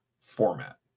format